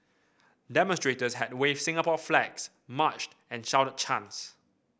demonstrators had waved Singapore flags marched and shouted chants